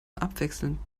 abwechselnd